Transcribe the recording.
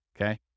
Okay